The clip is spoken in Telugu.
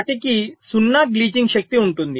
వాటికి 0 గ్లిచింగ్ శక్తి ఉంటుంది